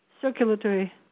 circulatory